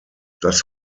das